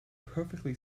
perfectly